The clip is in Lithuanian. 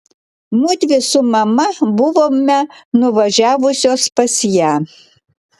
mudvi su mama buvome nuvažiavusios pas ją